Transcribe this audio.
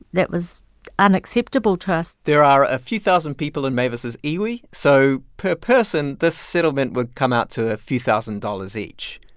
that was unacceptable to us there are a few thousand people in mavis' iwi, so per person, this settlement would come out to a few thousand dollars each.